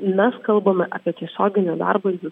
mes kalbame apie tiesioginį darbą ir